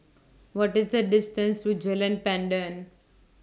What IS The distance to Jalan Pandan